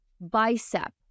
bicep